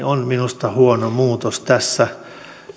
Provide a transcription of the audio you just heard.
on minusta huono muutos tässä